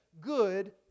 good